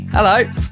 Hello